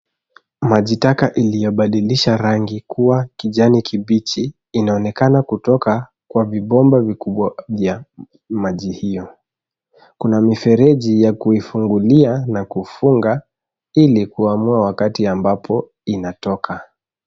Maji taka iliyobadilisha rangi kuwa kijani kibichi inaonekana kutoka kwa vibomba vikubwa vya maji hiyo. Kuna mifereji ya kuifungulia na kufunga, ili kuamua wakati ambapo inatoka.